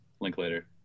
Linklater